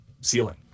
ceiling